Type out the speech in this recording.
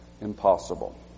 impossible